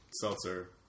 seltzer